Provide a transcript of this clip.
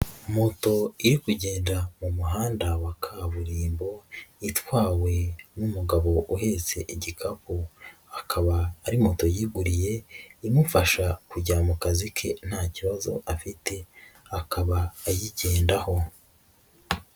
Moto iri kugenda mu muhanda wa kaburimbo, itwawe n'umugabo uhetse igikapu. Akaba ari moto yiguriye imufasha kujya mu kazi ke nta kibazo afite, akaba ayigendaho.